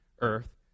Earth